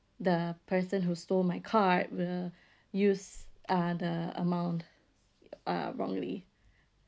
the person who stole my card will use uh the amount uh wrongly